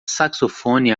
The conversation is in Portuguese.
saxofone